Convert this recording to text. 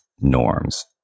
norms